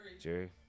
Jerry